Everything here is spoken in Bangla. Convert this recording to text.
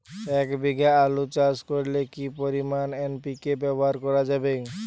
এক বিঘে আলু চাষ করলে কি পরিমাণ এন.পি.কে ব্যবহার করা যাবে?